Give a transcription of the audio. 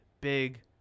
big